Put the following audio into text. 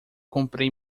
comprei